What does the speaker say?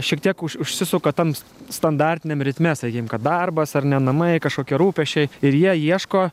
šiek tiek užsisuka tam standartiniam ritme sakykim kad darbas ar ne namai kažkokie rūpesčiai ir jie ieško